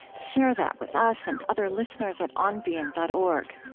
share that with us and other listeners at onbeing dot org.